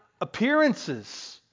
appearances